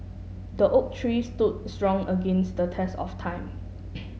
the oak tree stood strong against the test of time